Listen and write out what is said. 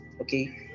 Okay